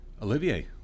Olivier